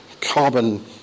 carbon